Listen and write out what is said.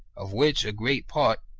of which a great part,